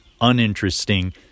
Uninteresting